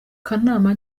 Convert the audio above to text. kanama